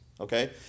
Okay